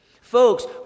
Folks